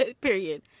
period